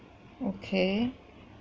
okay